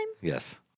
Yes